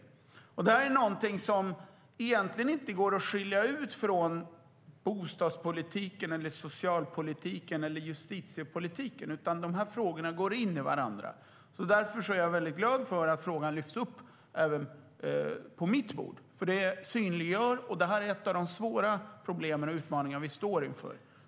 Det här är någonting som egentligen inte går att skilja ut från bostadspolitiken, socialpolitiken eller justitiepolitiken, utan frågorna går in i varandra. Därför är jag väldigt glad att frågan lyfts upp även på mitt bord, för det synliggör. Detta är ett av de svåra problemen och en av de svåra utmaningarna vi står inför.